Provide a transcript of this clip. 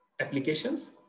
applications